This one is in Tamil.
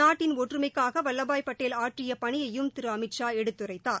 நாட்டின் ஒற்றுமைக்காக வல்லபாய் பட்டேல் ஆற்றிய பணியையும் திரு அமித் ஷா எடுத்துரைத்தார்